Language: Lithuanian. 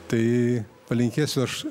tai palinkėsiu aš